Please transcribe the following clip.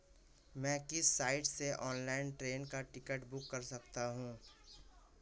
मैं किस साइट से ऑनलाइन ट्रेन का टिकट बुक कर सकता हूँ?